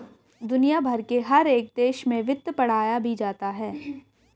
दुनिया भर के हर एक देश में वित्त पढ़ाया भी जाता है